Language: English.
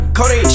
Cody